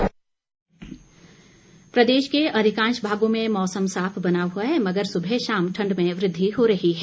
मौसम प्रदेश के अधिकांश भागों में मौसम साफ बना हुआ है मगर सुबह शाम ठंड में वृद्धि हो रही है